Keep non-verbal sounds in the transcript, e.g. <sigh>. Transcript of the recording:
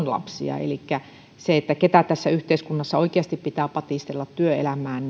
<unintelligible> lapsia elikkä ne joita tässä yhteiskunnassa oikeasti pitää patistella työelämään <unintelligible>